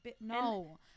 no